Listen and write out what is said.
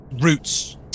roots